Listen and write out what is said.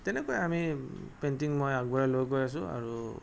তেনেকৈ আমি পেইণ্টিং মই আগুৱাই লৈ গৈ আছো আৰু